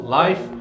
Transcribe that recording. life